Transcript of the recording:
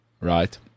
right